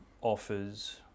offers